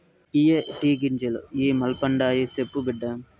ఇయ్యే టీ గింజలు ఇ మల్పండాయి, సెప్పు బిడ్డా